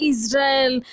Israel